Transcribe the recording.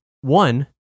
one